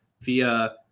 via